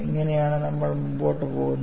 ഇങ്ങനെയാണ് നമ്മൾ മുന്നോട്ട് പോകുന്നത്